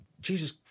Jesus